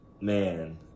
Man